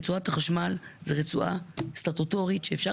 רצועת החשמל היא רצועה סטטוטורית שאפשר